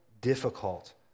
difficult